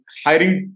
hiring